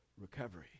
recovery